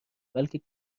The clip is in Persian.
بلکه